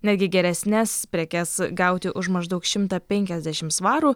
netgi geresnes prekes gauti už maždaug šimtą penkiasdešim svarų